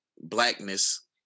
Blackness